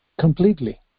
Completely